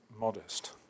modest